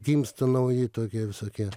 gimsta nauji tokie visokie